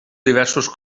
diversos